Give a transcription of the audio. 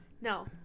no